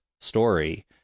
story